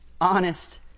honest